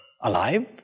alive